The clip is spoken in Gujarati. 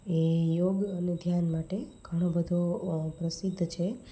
એ યોગ અને ધ્યાન માટે ઘણોબધો પ્રસિદ્ધ છે